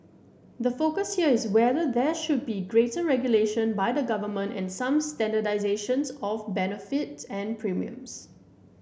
the focus here is whether there should be greater regulation by the government and some standardisation of benefits and premiums